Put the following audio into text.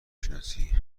شناسی